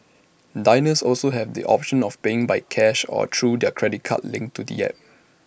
diners also have the option of paying by cash or through their credit card linked to the app